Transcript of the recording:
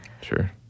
Sure